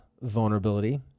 vulnerability